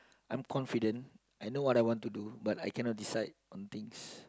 I'm confident I know what I want to do but I cannot decide on things